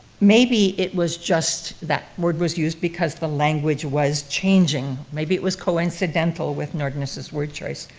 maybe it was just that word was used because the language was changing. maybe it was coincidental with nordness' word choice.